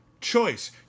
choice